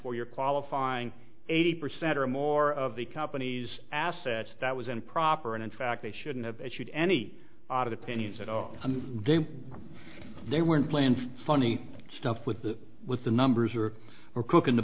where you're qualifying eighty percent or more of the company's assets that was improper and in fact they shouldn't have issued any opinions at all and they they weren't playing funny stuff with the with the numbers or were cooking the